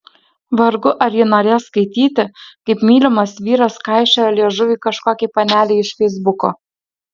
vargu ar ji norės skaityti kaip mylimas vyras kaišiojo liežuvį kažkokiai panelei iš feisbuko